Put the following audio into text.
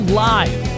live